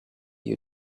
you